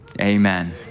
amen